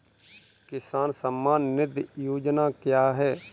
किसान सम्मान निधि योजना क्या है?